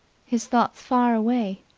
his thoughts far away.